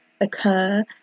occur